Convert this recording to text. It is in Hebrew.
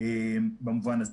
במובן הזה.